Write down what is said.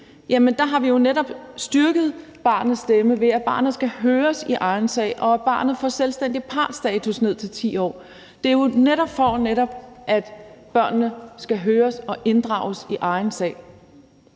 stemme har vi jo netop styrket barnets stemme, ved at barnet skal høres i egen sag og barnet får selvstændig partsstatus ned til 10 år. Det er jo netop, for at børnene skal høres og inddrages i egen sag.